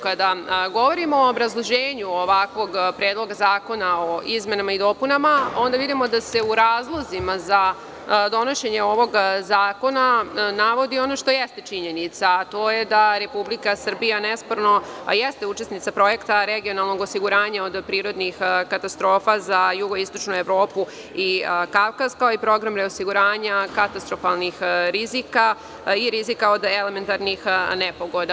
Kada govorimo o obrazloženju ovakvog predloga zakona o izmenama i dopunama, onda vidimo da se u razlozima za donošenje ovog zakona navodi ono što jeste činjenica, a to je da Republika Srbija nesporno jeste učesnica Projekta regionalnog osiguranja od prirodnih katastrofa za jugoistočnu Evropu i Kavkaz, kao i Programa osiguranja katastrofalnih rizika i rizika od elementarnih nepogoda.